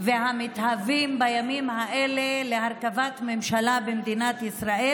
ומתהווים בימים האלה להרכבת ממשלה במדינת ישראל.